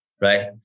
right